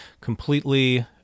completely